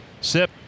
Sip